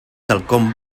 quelcom